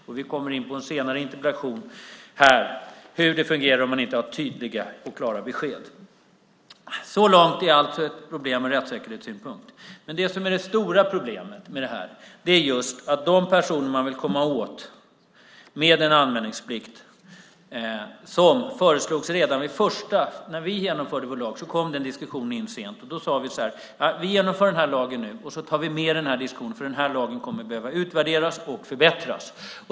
I en senare interpellation här kommer vi in på hur det fungerar om man inte har tydliga och klara besked. Det stora problemet är dock frågan om anmälningsplikt. Detta föreslogs redan när vi genomförde vår lag. Då kom den diskussionen in sent, och vi sade: Vi genomför lagen nu, och så tar vi med diskussionen, för lagen kommer att behöva utvärderas och förbättras.